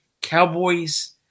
Cowboys